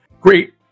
great